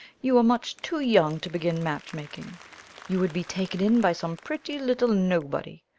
you are much too young to begin matchmaking you would be taken in by some pretty little nobody.